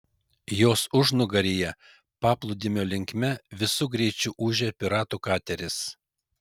jos užnugaryje paplūdimio linkme visu greičiu ūžė piratų kateris